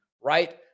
right